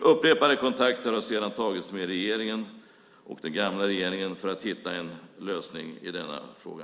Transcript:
Upprepade kontakter har sedan tagits med regeringen och den gamla regeringen för att hitta en lösning i denna fråga.